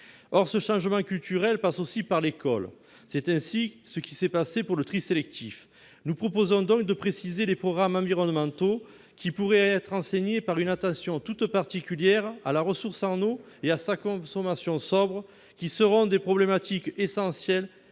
Or ce changement culturel passe aussi par l'école. C'est ce qui s'est passé pour le tri sélectif. Nous proposons donc de préciser les programmes environnementaux qui pourraient être enseignés, avec une attention toute particulière à la ressource en eau et à sa consommation sobre, problématiques qui